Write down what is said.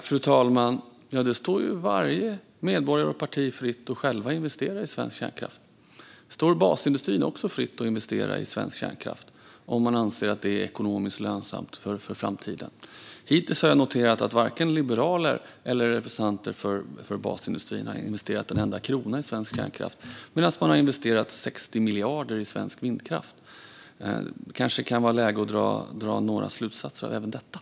Fru talman! Det står alla medborgare och partier fritt att själva investera i svensk kärnkraft. Det står även basindustrin fritt att själv investera i svensk kärnkraft om man anser att det är ekonomiskt lönsamt för framtiden. Hittills har jag noterat att varken liberaler eller representanter för basindustrin har investerat en enda krona i svensk kärnkraft medan man har investerat 60 miljarder i svensk vindkraft. Det kanske kan vara läge att dra några slutsatser även av detta.